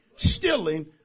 Stealing